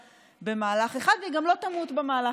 לעשות, היום אנחנו בעידן